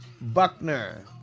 Buckner